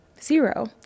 zero